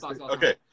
Okay